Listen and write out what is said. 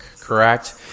correct